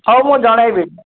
ହଉ ମୁଁ ଜଣେଇବି